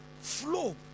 flow